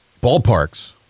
ballparks